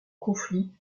conflits